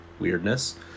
weirdness